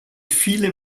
viele